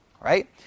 right